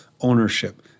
ownership